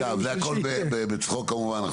טוב, זה הכל בצחוק כמובן.